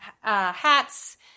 hats